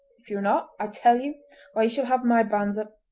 if you're not, i tell you i shall have my banns up,